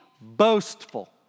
boastful